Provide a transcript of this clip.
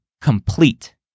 complete